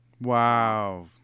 Wow